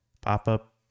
pop-up